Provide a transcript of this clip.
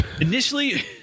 initially